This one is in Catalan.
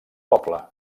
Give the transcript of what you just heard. poble